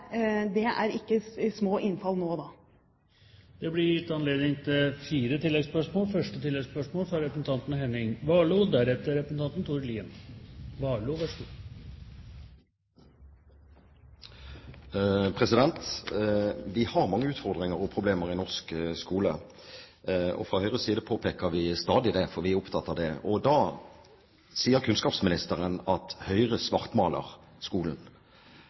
blir gitt anledning til fire oppfølgingsspørsmål – først Henning Warloe. Vi har mange utfordringer og problemer i norsk skole. Fra Høyres side påpeker vi stadig det, for vi er opptatt av det. Kunnskapsministeren sier at Høyre svartmaler skolen.